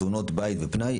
תאונות בית ופנאי,